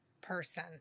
person